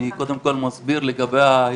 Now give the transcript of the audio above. אני קודם כול מסביר לגבי ההסתכלות,